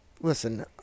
listen